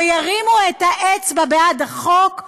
וירימו את האצבע בעד החוק,